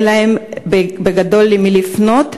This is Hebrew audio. אין להם למי לפנות,